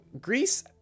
Greece